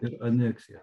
ir aneksija